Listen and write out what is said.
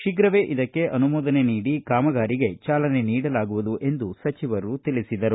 ಶೀಘವೇ ಇದಕ್ಕೆ ಅನಮೋದನೆ ನೀಡಿ ಕಾಮಗಾರಿಗೆ ಚಾಲನೆ ನೀಡಲಾಗುವುದು ಎಂದು ಸಚಿವರು ತಿಳಿಸಿದರು